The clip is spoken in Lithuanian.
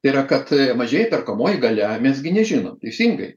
tai yra kad mažėja perkamoji galia mes gi nežinom teisingai